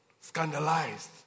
scandalized